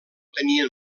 tenien